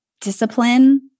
discipline